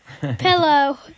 Pillow